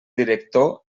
director